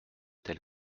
tels